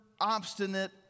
obstinate